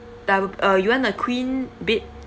double uh you want a queen bed